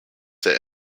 set